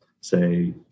say